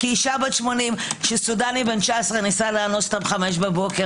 כי אשה בת 80 שסודני בן 18 ניסה לאנוס אותה ב-5 בבוקר.